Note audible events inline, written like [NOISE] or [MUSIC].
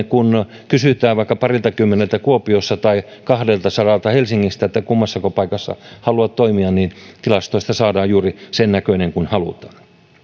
[UNINTELLIGIBLE] kun kysytään vaikka pariltakymmeneltä kuopiossa tai kahdeltasadalta helsingissä että kummassako paikassa haluat toimia niin tilastosta saadaan juuri sen näköinen kuin halutaan